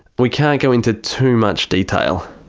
we can't go into too much detail.